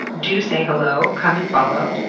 do say hello. come and follow.